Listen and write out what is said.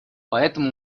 поэтому